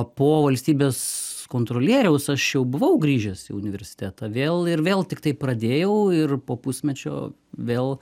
po valstybės kontrolieriaus aš jau buvau grįžęs į universitetą vėl ir vėl tiktai pradėjau ir po pusmečio vėl